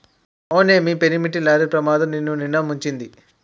అవునే మీ పెనిమిటి లారీ ప్రమాదం నిన్నునిండా ముంచింది